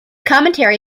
commentary